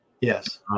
Yes